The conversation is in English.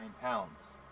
pounds